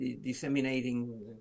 disseminating